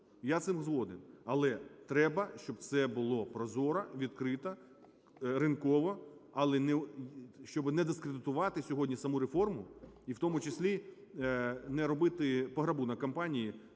з цим згоден. Але треба, щоб все було прозоро, відкрито, ринково. Але, щоб не дискредитувати сьогодні саму реформу і в тому числі не робити пограбунок компанії,